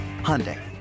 Hyundai